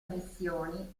missioni